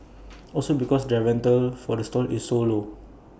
also because their rental for the stall is so low